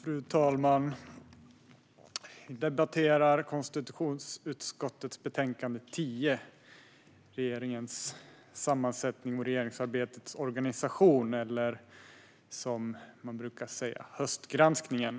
Fru talman! Vi debatterar konstitutionsutskottets betänkande 10, Granskning av statsrådens tjänsteutövning och regeringsärendenas handläggning eller, som man brukar säga, höstgranskningen.